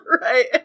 Right